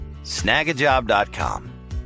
Snagajob.com